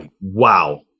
wow